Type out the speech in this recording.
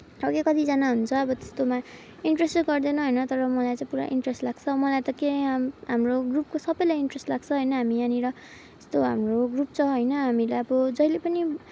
अब कतिजना हुन्छ अब त्यस्तोमा इन्ट्रेस्ट चाहिँ गर्दैन होइन तर मलाई चाहिँ पुरा इन्ट्रेस्ट लाग्छ मलाई त के हाम हाम्रो ग्रुपको सबैलाई इन्ट्रेस्ट लाग्छ होइन हामी यहाँनिर हाम्रो ग्रुप छ होइन हामीलाई अब जहिले पनि